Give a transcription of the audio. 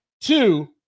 Two